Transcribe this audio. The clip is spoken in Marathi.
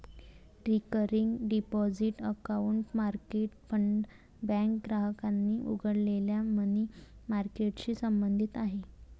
recurring deposit account market fund bank ग्राहकांनी उघडलेल्या मनी मार्केटशी संबंधित आहे